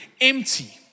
Empty